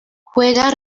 juega